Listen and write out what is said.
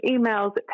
emails